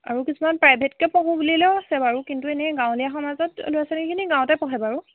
আৰু কিছুমান প্ৰাইভেটকে পঢ়োঁ বুলিলেও আছে বাৰু কিন্তু এনেই গাঁৱলীয়া সমাজত ল'ৰা ছোৱালীখিনি গাঁৱতেই পঢ়ে বাৰু